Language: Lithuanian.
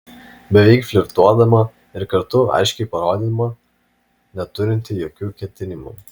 beveik flirtuodama ir kartu aiškiai parodydama neturinti jokių ketinimų